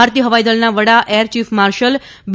ભારતીય હવાઇદળના વડા એર ચીફ માર્શલ બી